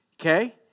Okay